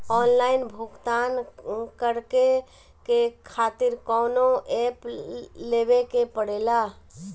Online भुगतान करके के खातिर कौनो ऐप लेवेके पड़ेला?